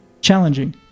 challenging